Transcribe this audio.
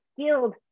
skilled